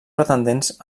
pretendents